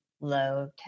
low